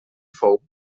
fou